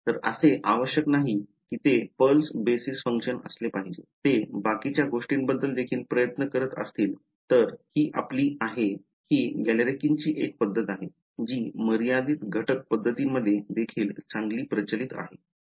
तर असे आवश्यक नाही की ते पल्स बेसिस फंक्शन असले पाहिजे ते बाकीच्या गोष्टीबद्दल देखील प्रत्यन करत असतील तर ती आपली आहे ही गॅलरकिनची एक पद्धत आहे जी मर्यादित घटक पद्धतींमध्ये देखील चांगली प्रचलित आहे